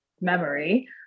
memory